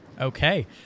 Okay